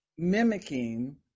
mimicking